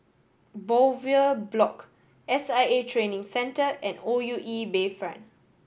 Bowyer Block S I A Training Centre and O U E Bayfront